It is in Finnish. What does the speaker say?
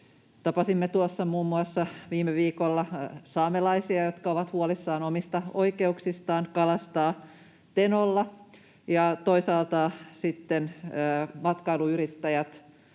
Tapasimme tuossa muun muassa viime viikolla saamelaisia, jotka ovat huolissaan omista oikeuksistaan kalastaa Tenolla. Ja toisaalta sitten matkailuyrittäjät,